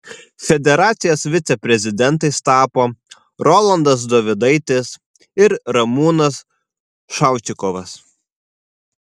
federacijos viceprezidentais tapo rolandas dovidaitis ir ramūnas šaučikovas